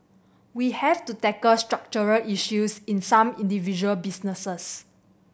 we have to tackle structural issues in some individual businesses